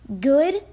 good